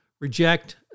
reject